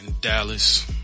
Dallas